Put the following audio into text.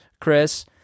Chris